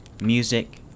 music